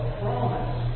promise